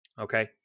Okay